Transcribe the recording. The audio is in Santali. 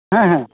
ᱦᱮᱸ ᱦᱮᱸ